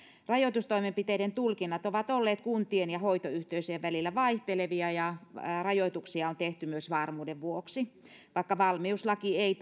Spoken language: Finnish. rajoitustoimenpiteiden tulkinnat ovat olleet kuntien ja hoitoyhteisöjen välillä vaihtelevia ja rajoituksia on tehty myös varmuuden vuoksi vaikka valmiuslaki ei